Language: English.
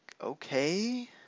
okay